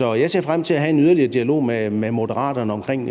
jeg ser frem til at have en yderligere dialog med Moderaterne omkring